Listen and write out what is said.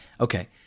Okay